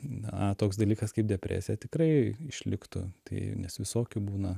na toks dalykas kaip depresija tikrai išliktų tai nes visokių būna